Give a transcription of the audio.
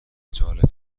جالب